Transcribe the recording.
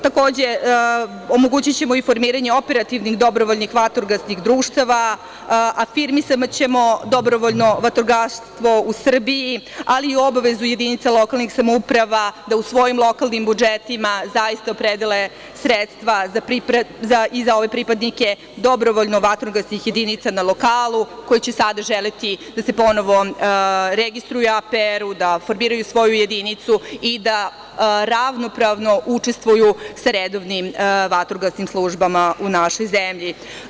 Takođe, omogući ćemo formiranje operativnih dobrovoljnih vatrogasnih društava, afirmisaćemo dobrovoljno vatrogarstvo u Srbiji, ali i obavezu jedinica lokalne samouprave da u svojim lokalnim budžetima zaista opredele sredstava za ove pripadnike dobrovoljno vatrogasnih jedinica na lokalu koje će sada želeti da se ponovo registruju u APR, da formiraju svoju jedinicu i da ravnopravno učestvuju sa redovnim vatrogasnim službama u našoj zemlji.